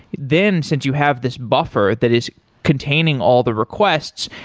then since you have this buffer that is containing all the requests,